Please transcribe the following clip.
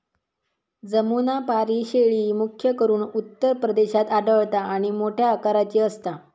जमुनापारी शेळी, मुख्य करून उत्तर प्रदेशात आढळता आणि मोठ्या आकाराची असता